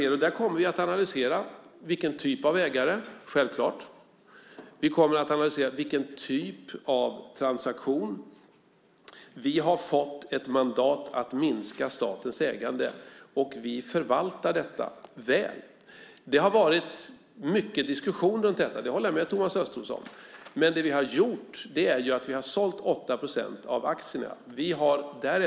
Här kommer vi självklart att analysera typ av ägare och typ av transaktion. Vi har fått ett mandat att minska statens ägande, och vi förvaltar detta väl. Det har varit mycket diskussion om detta; det håller jag med Thomas Östros om. Men det vi har gjort är att vi har sålt 8 procent av aktierna.